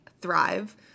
thrive